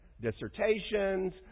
dissertations